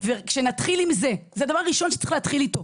זה הדבר הראשון שצריך להתחיל אתו.